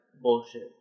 bullshit